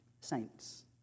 Saints